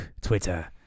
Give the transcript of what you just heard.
Twitter